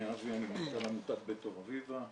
אני אבי, אני מנכ"ל עמותת בית אור אביבה.